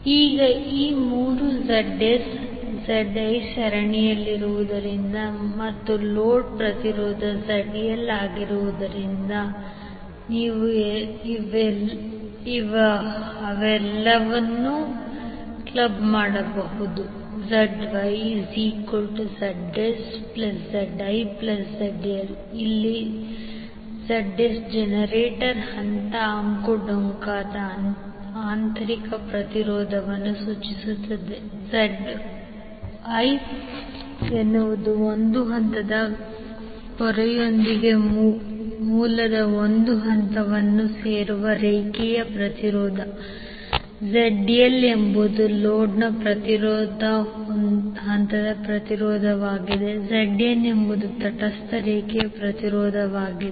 ಈಗ ಈ ಮೂವರು Z s Z l ಸರಣಿಯಲ್ಲಿರುವುದರಿಂದ ಮತ್ತು ಲೋಡ್ ಪ್ರತಿರೋಧ Z L ಆಗಿರುವುದರಿಂದ ನೀವು ಅವರೆಲ್ಲರನ್ನೂ ಕ್ಲಬ್ ಮಾಡಬಹುದು Z Y Z s Z l Z L ಎಲ್ಲಿ Zs ಜನರೇಟರ್ನ ಹಂತ ಅಂಕುಡೊಂಕಾದ ಆಂತರಿಕ ಪ್ರತಿರೋಧವನ್ನು ಸೂಚಿಸುತ್ತದೆ Zl ಎನ್ನುವುದು ಒಂದು ಹಂತದ ಹೊರೆಯೊಂದಿಗೆ ಮೂಲದ ಒಂದು ಹಂತವನ್ನು ಸೇರುವ ರೇಖೆಯ ಪ್ರತಿರೋಧ ZL ಎಂಬುದು ಲೋಡ್ನ ಪ್ರತಿಯೊಂದು ಹಂತದ ಪ್ರತಿರೋಧವಾಗಿದೆ Zn ಎಂಬುದು ತಟಸ್ಥ ರೇಖೆಯ ಪ್ರತಿರೋಧವಾಗಿದೆ